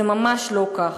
זה ממש לא כך.